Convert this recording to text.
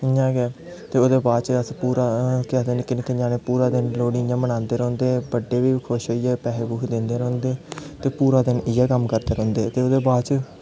इ'यां गै ओह्दै बा निक्के निक्के ञ्यानें पूरा दिन इ'यां लोह्ड़ी मनांदे रौंह्दे ते लोग खुश होइयै पैहे पूसे दिंदे रौंह्दे ते पूरा दिन इ'यै कम्म करदे रौंह्दे ते ओह्दै बाद च